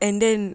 and then